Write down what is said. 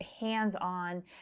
hands-on